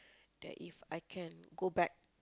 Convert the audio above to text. that If I can go back